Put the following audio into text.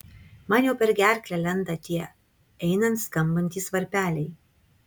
man jau per gerklę lenda tie einant skambantys varpeliai